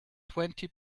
twenty